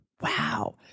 wow